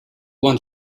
want